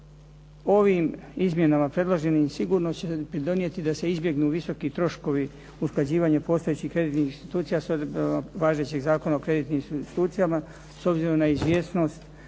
Ovim izmjenama predloženim sigurno će se pridonijeti da se izbjegnu visoki troškovi usklađivanja postojećih kreditnih institucija s odredbama važećeg Zakona o kreditnim institucijama s obzirom na izvjesnost